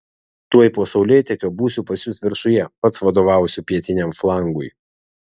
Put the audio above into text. tuoj po saulėtekio būsiu pas jus viršuje pats vadovausiu pietiniam flangui